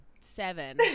seven